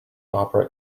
opera